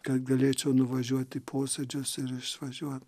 kad galėčiau nuvažiuot į posėdžius ir išvažiuot